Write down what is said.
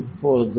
இப்போது